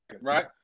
right